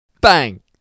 Bang